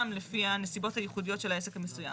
לפי הנסיבות הייחודיות של העסק המסוים.